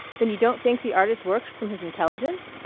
then you don't think the artist works from his intelligence?